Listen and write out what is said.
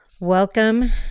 Welcome